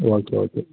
okay okay